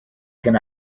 can